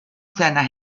seiner